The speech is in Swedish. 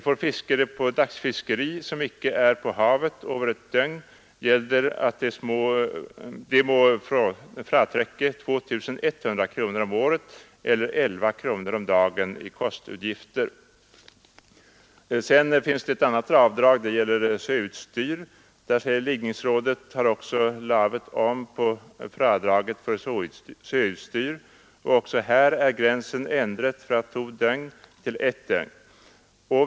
For fiskere på dagsfiskeri som ikke er på havet over et dogn, gelder, at de må fratrekke 2 100 kroner om året eller 11 kroner om dagen i kostudgifter.” Sedan finns ett annat avdrag, som gäller soudstyr. På den punkten anförs: ”Ligningsrådet har også lavet om på fradraget for soudstyr, og også her er grensen endret fra to dogn til et dogn.